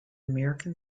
american